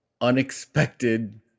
unexpected